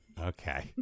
Okay